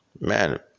Man